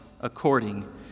according